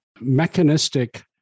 mechanistic